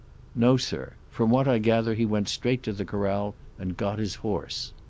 no, sir. from what i gather he went straight to the corral and got his horse.